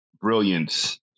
brilliance